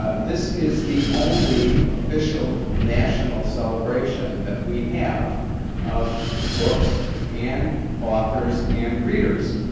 ah this is the only official national celebration that we have of books, and authors, and readers,